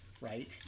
Right